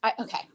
okay